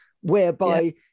whereby